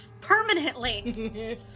permanently